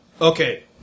okay